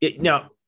Now